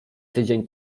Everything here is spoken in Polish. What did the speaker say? tydzień